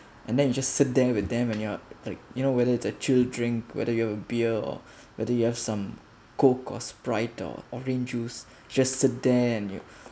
and then you just sit there with them when you are like you know whether it's a chill drink whether you are a beer or whether you have some coke or sprite or orange juice just sit there and you